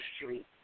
Street